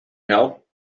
help